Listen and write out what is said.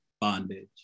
bondage